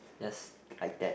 just like that